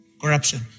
Corruption